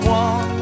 one